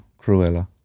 Cruella